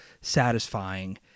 satisfying